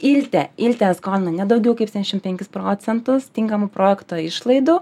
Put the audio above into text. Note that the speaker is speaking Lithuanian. ilte ilte skolina ne daugiau kaip semšim procentus tinkamų projekto išlaidų